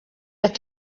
ati